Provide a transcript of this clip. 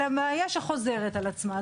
אלא בעיה שחוזרת על עצמה,